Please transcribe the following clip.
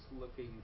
looking